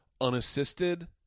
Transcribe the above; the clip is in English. unassisted